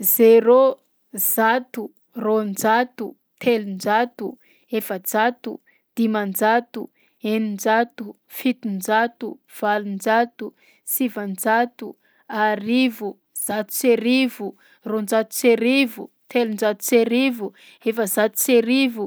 Zéro, zato, roanjato, telonjato, efajato, dimanjato, eninjato, fitonjato, valonjato, sivanjato, arivo, zato sy arivo, roanjato sy arivo, telonjato sy arivo, efazato sy arivo.